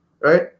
Right